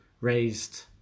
raised